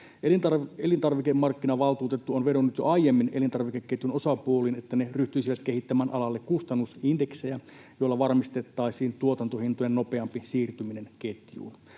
Elintarvikemarkkinavaltuutettu on vedonnut jo aiemmin elintarvikeketjun osapuoliin, että ne ryhtyisivät kehittämään alalle kustannusindeksejä, joilla varmistettaisiin tuotantohintojen nopeampi siirtyminen ketjuun.